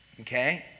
Okay